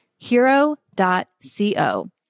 Hero.co